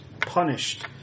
punished